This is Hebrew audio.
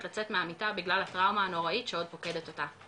לצאת מהמיטה בגלל הטראומה הנוראית שעוד פוקדת אותה.